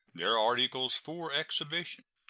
their articles for exhibition.